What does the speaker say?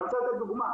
אני רוצה לתת דוגמה,